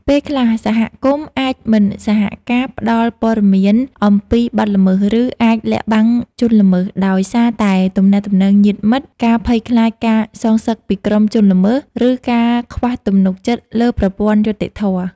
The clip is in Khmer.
ពេលខ្លះ សហគមន៍អាច មិនសហការ ផ្តល់ព័ត៌មានអំពីបទល្មើស ឬអាច លាក់បាំងជនល្មើស ដោយសារតែទំនាក់ទំនងញាតិមិត្ត ការភ័យខ្លាចការសងសឹកពីក្រុមជនល្មើស ឬការខ្វះទំនុកចិត្តលើប្រព័ន្ធយុត្តិធម៌។